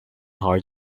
hard